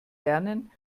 lernen